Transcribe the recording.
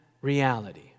reality